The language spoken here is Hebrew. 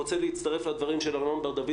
אני רוצה להצטרף לדברים של ארנון בר דוד,